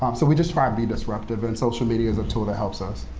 um so we just try and be disruptive. and social media is a tool that helps us.